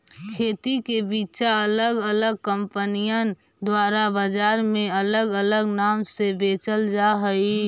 खेती के बिचा अलग अलग कंपनिअन द्वारा बजार में अलग अलग नाम से बेचल जा हई